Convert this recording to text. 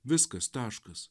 viskas taškas